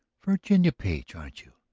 virginia page, aren't you?